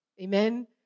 Amen